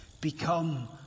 Become